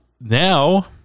now